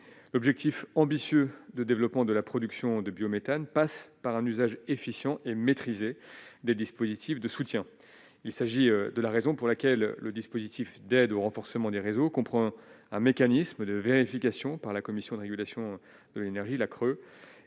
l'objectif ambitieux de développement de la production de biométhane passe par un usage efficient et maîtrisée des dispositifs de soutien, il s'agit de la raison pour laquelle le dispositif d'aide au renforcement des réseaux comprend un mécanisme de vérification par la Commission de régulation de l'énergie, la crue